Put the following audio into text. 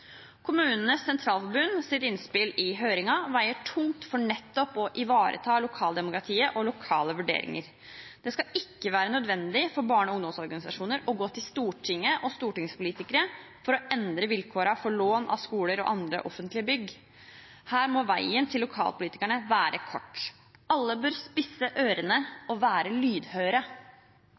i høringen veier tungt for nettopp å ivareta lokaldemokratiet og lokale vurderinger. Det skal ikke være nødvendig for barne- og ungdomsorganisasjoner å gå til Stortinget og stortingspolitikere for å endre vilkårene for lån av skoler og andre offentlige bygg. Her må veien til lokalpolitikerne være kort. Alle bør spisse ørene og være lydhøre.